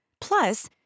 Plus